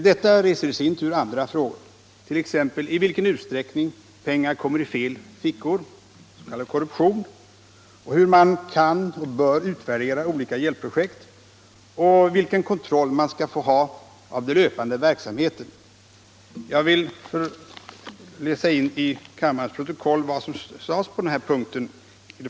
Detta resonemang reser i sin tur andra frågeställningar, t.ex. i vilken utsträckning pengar kommer i fel fickor, s.k. korruption, hur man kan och bör utvärdera olika hjälpprojekt och vilken kontroll man skall få ha av den löpande verksamheten. Jag vill läsa in i kammarens protokoll det som anförts på den punkten.